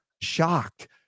shocked